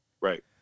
Right